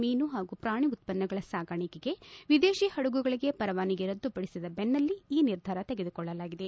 ಮೀನು ಹಾಗೂ ಪೂಣಿ ಉತ್ಪನ್ನಗಳ ಸಾಗಾಣಿಕೆಗೆ ವಿದೇಶಿ ಹಡಗುಗಳಿಗೆ ಪರವಾನಿಗೆ ರದ್ದುಪಡಿಸಿದ ಬೆನ್ನಲ್ಲೆ ಈ ನಿರ್ಧಾರ ತೆಗೆದುಕೊಳ್ಳಲಾಗಿದೆ